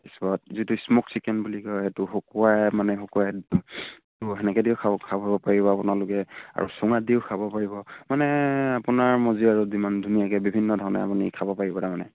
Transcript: তাছত যিটো smoke chicken বুলি কয় এইটো শুকুৱাই মানে শুকুৱাই টো তেনেকৈ দিও খাব খাব পাৰিব আপোনালোকে আৰু চুঙাত দিও খাব পাৰিব মানে আপোনাৰ মৰ্জি আৰু যিমান ধুনীয়াকৈ বিভিন্ন ধৰণে আপুনি খাব পাৰিব তাৰমানে